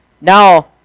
now